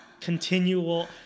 continual